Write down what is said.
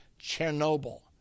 Chernobyl